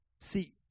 See